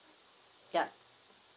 yup